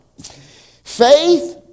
Faith